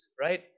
right